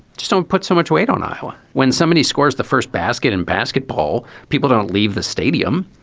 just don't put so much weight on iowa. when somebody scores the first basket in basketball. people don't leave the stadium.